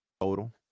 total